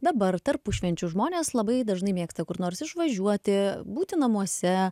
dabar tarpušvenčiu žmonės labai dažnai mėgsta kur nors išvažiuoti būti namuose